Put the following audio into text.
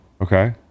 Okay